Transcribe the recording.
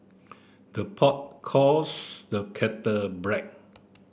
the pot calls the kettle